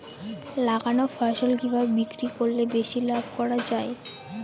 লাগানো ফসল কিভাবে বিক্রি করলে বেশি লাভ করা যায়?